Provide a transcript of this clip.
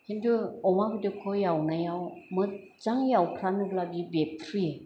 खिन्थु अमा बेददखौ एवनायाव मोज्जां एवफ्रानोब्ला बि बेरफ्रुयो